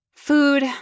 Food